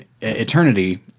eternity